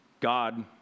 God